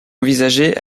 envisagée